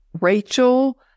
Rachel